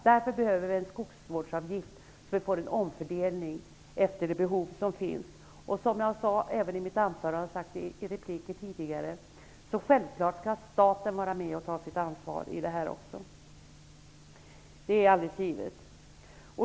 Därför behöver vi en skogsvårdsavgift, så att vi får en omfördelning i enlighet med det behov som finns. Som jag sade i mitt anförande och som jag tidigare har sagt i repliker, är det självklart att staten skall vara med och ta sitt ansvar för detta. Det är alldeles givet.